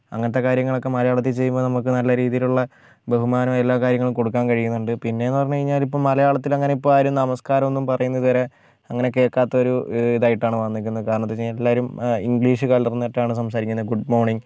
അങ്ങനത്തെ കാര്യങ്ങളൊക്കെ മലയാളത്തിൽ ചെയ്യുമ്പോൾ നമുക്ക് നല്ല രീതിയിലുള്ള ബഹുമാനവും എല്ലാ കാര്യങ്ങളും കൊടുക്കാൻ കഴിയുന്നുണ്ട് പിന്നെ എന്ന് പറഞ്ഞ് കഴിഞ്ഞാൽ ഇപ്പോൾ മലയാളത്തിൽ അങ്ങനെ ഇപ്പോൾ ആരും നമസ്കാരം ഒന്നും പറയുന്നത് ഇതുവരെ അങ്ങനെ കേൾക്കാത്ത ഒരു ഇതായിട്ടാണ് വന്നിരിക്കുന്നത് കാരണം എന്താണ് വെച്ചിട്ടുണ്ടെങ്കിൽ എല്ലാവരും ഇംഗ്ലീഷ് കലർന്നിട്ടാണ് സംസാരിക്കുന്നത് ഗുഡ് മോണിങ്ങ്